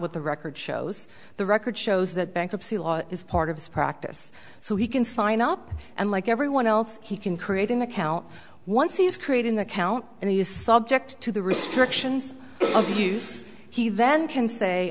what the record shows the record shows that bankruptcy law is part of his practice so he can sign up and like everyone else he can create an account once he is creating the account and he is subject to the restrictions of use he then can say